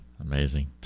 Amazing